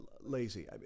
lazy